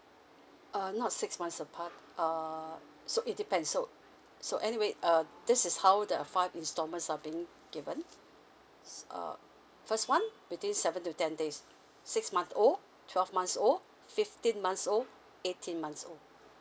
uh not six moths apart err so it depend so so anyway uh this is how the uh five instalments are being given s~ uh first one between seven to ten days six month old twelve months old fifteen months old eighteen months old